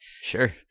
sure